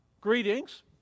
Greetings